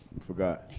forgot